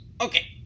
Okay